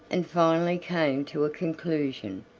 and finally came to a conclusion.